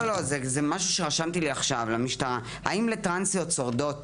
הרפ"ק, טרנסיות שורדות